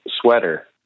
sweater